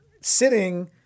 sitting